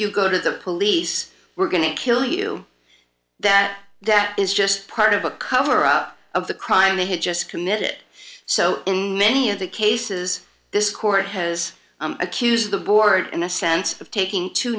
you go to the police we're going to kill you that that is just part of a cover up of the crime they had just committed so in many of the cases this court has accused the board in a sense of taking too